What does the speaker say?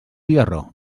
tiarró